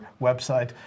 website